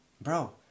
bro